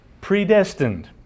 predestined